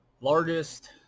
largest